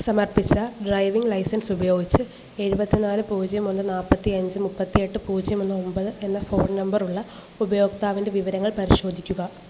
സമർപ്പിച്ച driving licence ഉപയോഗിച്ച് ഏഴുപത്തിനാല് പൂജ്യം ഒന്ന് നാൽപ്പത്തി അഞ്ച് മുപ്പത്തി എട്ട് പൂജ്യം ഒന്ന് ഒമ്പത് എന്ന ഫോൺ നമ്പറ് ഉള്ള ഉപയോക്താവിൻ്റെ വിവരങ്ങൾ പരിശോധിക്കുക